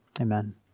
Amen